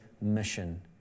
mission